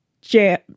jam